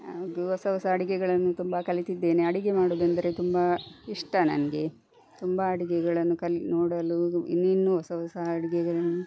ಹಾಗು ಹೊಸ ಹೊಸ ಅಡಿಗೆಗಳನ್ನು ತುಂಬ ಕಲಿತಿದ್ದೇನೆ ಅಡಿಗೆ ಮಾಡುವುದೆಂದರೆ ತುಂಬ ಇಷ್ಟ ನನಗೆ ತುಂಬ ಅಡಿಗೆಗಳನ್ನು ಕಲಿ ನೋಡಲು ಇನ್ನಿನ್ನು ಹೊಸ ಹೊಸಾ ಅಡುಗೆಗಳನ್ನು